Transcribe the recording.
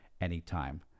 anytime